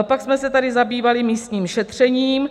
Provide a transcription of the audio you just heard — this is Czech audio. Pak jsme se tady zabývali místním šetřením.